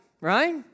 right